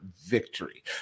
victory